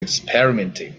experimenting